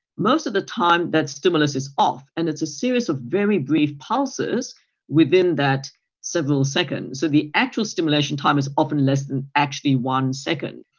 most of the time that stimulus is off, and it's a series of very brief pulses within that several seconds, so the actual stimulation time is often less than actually one second.